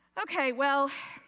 okay. well,